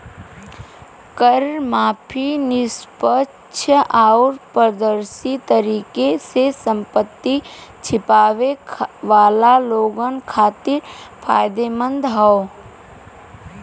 कर माफी निष्पक्ष आउर पारदर्शी तरीके से संपत्ति छिपावे वाला लोगन खातिर फायदेमंद हौ